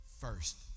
First